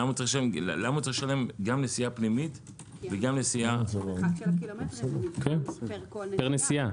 למה צריך לשלם גם נסיעה פנימית וגם נסיעה- -- פר נסיעה.